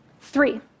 Three